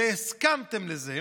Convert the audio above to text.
והסכמתם לזה,